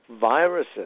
viruses